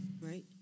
Right